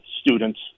students